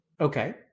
Okay